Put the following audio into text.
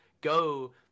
go